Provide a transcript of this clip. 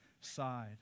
side